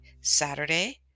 Saturday